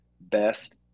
best